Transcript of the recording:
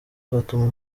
ufata